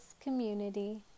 community